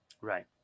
Right